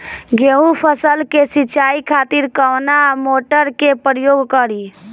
गेहूं फसल के सिंचाई खातिर कवना मोटर के प्रयोग करी?